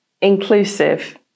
Inclusive